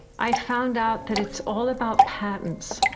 i found out that it's all about patents.